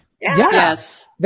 Yes